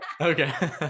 Okay